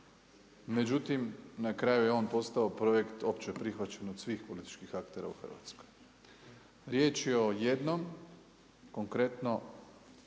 međutim na kraju je on postao projekt opće prihvaćen od svih političkih aktera u Hrvatskoj. Riječ je o jedno konkretno